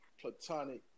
platonic